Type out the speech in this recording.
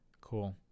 Cool